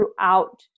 throughout